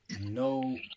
no